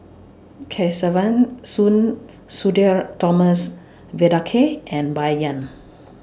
Kesavan Soon Sudhir Thomas Vadaketh and Bai Yan